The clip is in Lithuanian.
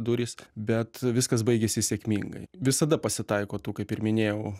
durys bet viskas baigėsi sėkmingai visada pasitaiko tų kaip ir minėjau